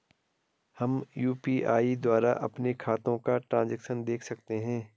हम यु.पी.आई द्वारा अपने खातों का ट्रैन्ज़ैक्शन देख सकते हैं?